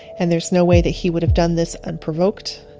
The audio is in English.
and there's no way that he would have done this unprovoked.